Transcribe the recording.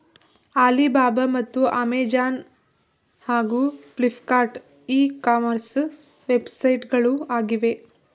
Alibaba ಮತ್ತು Amazon ಹಾಗೂ Flipkart e commerce ವೆಬ್ಸೈಟ್ಗಳು ಆಗಿವೆ